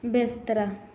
ਬਿਸਤਰਾ